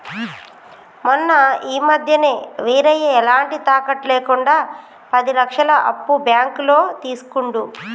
మొన్న ఈ మధ్యనే వీరయ్య ఎలాంటి తాకట్టు లేకుండా పది లక్షల అప్పు బ్యాంకులో తీసుకుండు